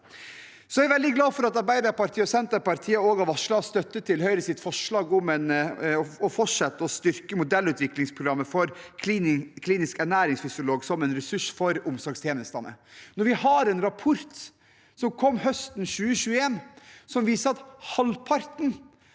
Jeg er veldig glad for at Arbeiderpartiet og Senterpartiet også har varslet støtte til Høyres forslag om å fortsette å styrke modellutviklingsprogrammet for klinisk ernæringsfysiolog som en ressurs for omsorgstjenestene. Når vi har en rapport som kom høsten 2021 som viser at halvparten